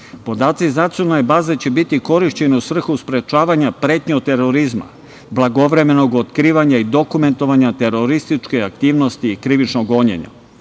Podaci za nacionalne baze će biti korišćeni u svrhu sprečavanja pretnji od terorizma, blagovremenog otkrivanja i dokumentovanja terorističke aktivnosti i krivičnog gonjenja. Od